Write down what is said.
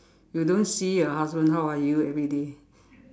you don't see your husband how are you everyday